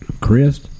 Chris